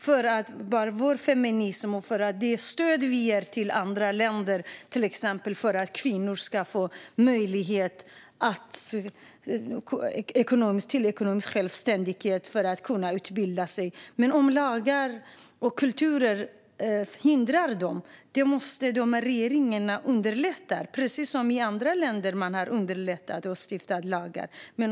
Om vårt feministiska stöd till andra länder, till exempel för att kvinnor ska få möjlighet till ekonomisk självständighet för att kunna utbilda sig, hindras av lagar och kulturer måste dessa regeringar underlätta - precis som i andra länder där man har underlättat och stiftat lagar.